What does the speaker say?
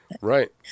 Right